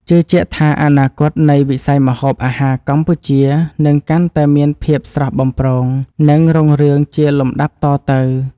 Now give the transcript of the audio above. ជឿជាក់ថាអនាគតនៃវិស័យម្ហូបអាហារកម្ពុជានឹងកាន់តែមានភាពស្រស់បំព្រងនិងរុងរឿងជាលំដាប់តទៅ។